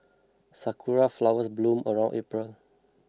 sakura flowers bloom around April